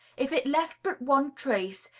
if it left but one trace,